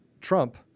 Trump